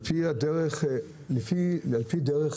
לפי דרך